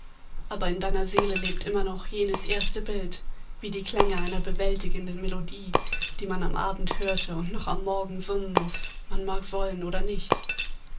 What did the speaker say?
aber in deiner seele lebt immer noch jenes erste bild wie die klänge einer bewältigenden melodie die man am abend hörte und noch am morgen summen muß man mag wollen oder nicht